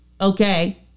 Okay